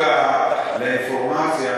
בהקשר לאינפורמציה,